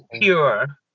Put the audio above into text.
pure